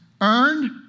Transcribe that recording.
earned